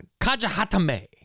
Kajahatame